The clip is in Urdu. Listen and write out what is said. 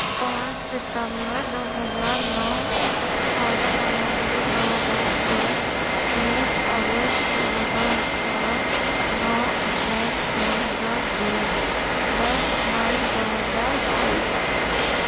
پانچ ستمبر دو ہزار نو اٹھارہ نومبر دو ہزار چھ بیس اگست دو ہزار اٹھارہ نو اپریل دو ہزار بیس دس مئی دو ہزار بائیس